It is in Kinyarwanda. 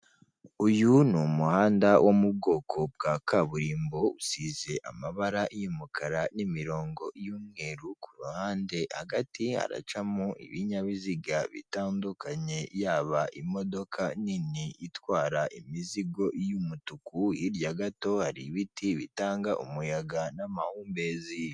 Uyu ni umuhanda wo mu bwoko bwa kaburimbo usize amabara y'umukara n'imirongo y'umweru, kuruhande hagati haracamo ibinyabiziga bitandukanye; yaba imodoka nini itwara imizigo y'umutuku, hirya gato hari ibiti bitanga umuyaga n'amahumbezi.